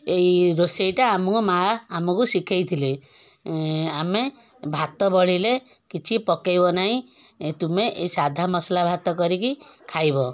ଏଇ ରୋଷେଇଟା ଆମକୁ ମାଆ ଆମକୁ ଶିଖାଇଥିଲେ ଆମେ ଭାତ ବଳିଲେ କିଛି ପକାଇବ ନାହିଁ ତୁମେ ଏଇ ସାଧା ମସଲା ଭାତ କରିକି ଖାଇବ